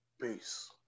Peace